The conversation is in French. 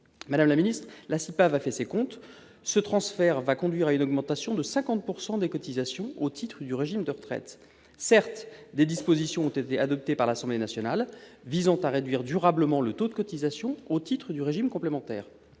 Madame la ministre, la CIPAV a fait ses comptes. Ce transfert va conduire à une augmentation de 50 % des cotisations au titre du régime de retraite. Certes, des dispositions ont été adoptées par l'Assemblée nationale pour réduire durablement le taux de cotisation au titre du régime complémentaire.